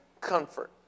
comfort